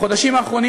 בחודשים האחרונים,